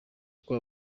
uko